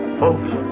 folks